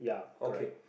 okay